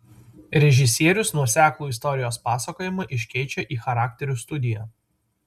režisierius nuoseklų istorijos pasakojimą iškeičia į charakterių studiją